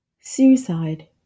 Suicide